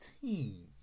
team